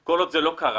כל עוד זה לא קורה,